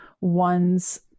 one's